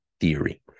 theory